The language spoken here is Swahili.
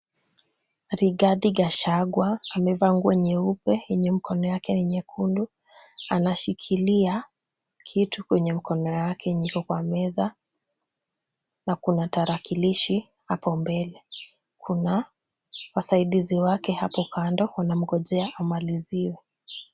Rigathi Gachagwa amevaa nguo nyeupe yenye mkono yake ni nyekundu. Anashikilia kitu kwenye mkono yake yenye iko kwa meza, na kuna tarakilishi hapo mbele. Kuna wasaidizi wake hapo kando wanamgojea amaliziwe.